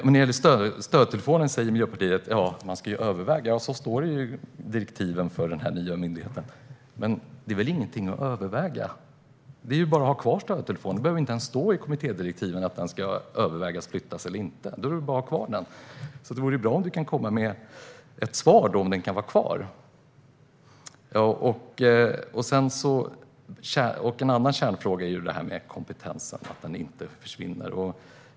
När det gäller stödtelefonen säger Miljöpartiet att man ska överväga. Så står det i direktiven för den nya myndigheten. Men det är väl ingenting att överväga? Det är väl bara att ha kvar stödtelefonen. Det behöver inte ens stå i kommittédirektiven att man ska överväga om den ska flyttas eller inte. Det är väl bara att ha kvar den. Det vore bra om du kunde komma med ett svar på om den kan vara kvar, Annika Hirvonen Falk. En annan kärnfråga är kompetensen och att den inte försvinner.